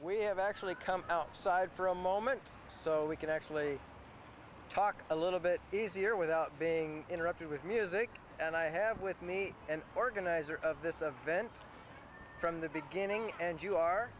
we have actually come outside for a moment so we can actually talk a little bit easier without being interrupted with music and i have with me and organizer of this of events from the beginning and you are